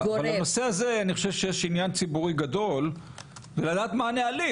אבל הנושא הזה אני חושב שיש עניין ציבורי גדול לדעת מה הנהלים,